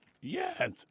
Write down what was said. yes